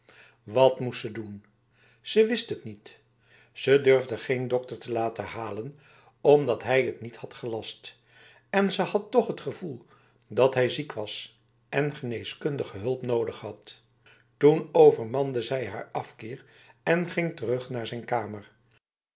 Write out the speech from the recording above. wat moest ze doen ze wist het niet ze durfde geen dokter te laten halen omdat hij het niet had gelast en ze had toch t gevoel dat hij ziek was en geneeskundige hulp nodig had toen overmande zij haar afkeer en ging terug naar zijn kamer